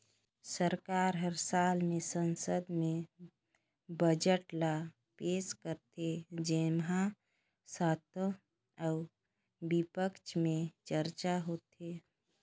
सरकार हर साल में संसद में बजट ल पेस करथे जेम्हां सत्ता अउ बिपक्छ में चरचा होथे